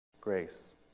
Grace